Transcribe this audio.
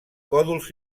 còdols